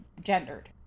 gendered